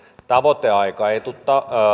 tavoiteaika ei tule